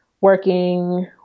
working